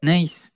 Nice